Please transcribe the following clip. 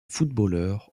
footballeur